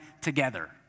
together